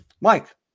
Mike